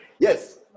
Yes